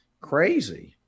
crazy